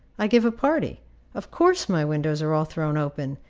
i give a party of course my windows are all thrown open,